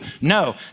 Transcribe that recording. No